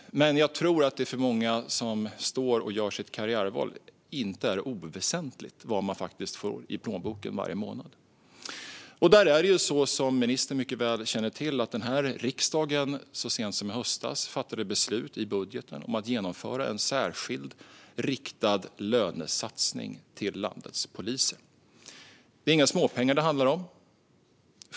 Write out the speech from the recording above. Men jag tror att det för många som står och gör sitt karriärval inte är oväsentligt vad de faktiskt får i plånboken varje månad. Där är det så som ministern mycket väl känner till att riksdagen så sent som i höstas fattade beslut i budgeten om att genomföra en särskild riktad lönesatsning till landets poliser. Det är inga småpengar det handlar om.